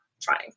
trying